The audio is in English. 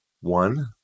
One